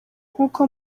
nk’uko